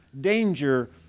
danger